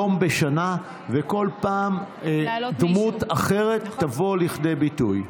יום בשנה, וכל פעם דמות אחרת תבוא לידי ביטוי.